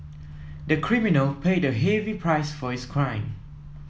the criminal paid a heavy price for his crime